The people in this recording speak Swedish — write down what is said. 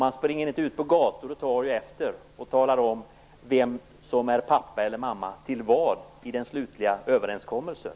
Man springer inte ut på gator och torg efteråt och talar om vem som är pappa eller mamma till vad i den slutliga överenskommelsen.